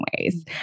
ways